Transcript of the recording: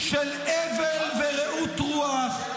של הבל ורעות רוח,